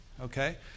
Okay